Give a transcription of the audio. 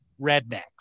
rednecks